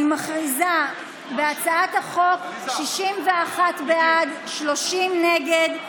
אני מכריזה: בהצעת החוק, 61 בעד, 30 נגד.